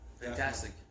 Fantastic